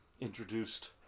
introduced